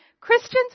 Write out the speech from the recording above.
Christians